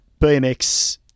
BMX